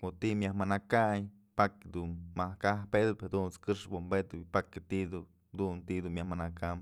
ko'o ti'i myaj manakayn pakya dun maj kajpedëp jadunt's këxpë wi'inbëdëp pakya ti'i dun, dun ti'i dun myaj manakam.